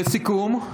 לסיכום?